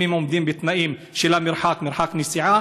אם הם עומדים בתנאים של מרחק הנסיעה,